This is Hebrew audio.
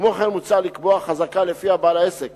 כמו כן, מוצע לקבוע חזקה שלפיה בעל עסק